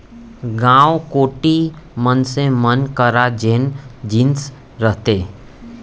गाँव कोती मनसे मन करा जेन जिनिस रहिथे